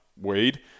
weed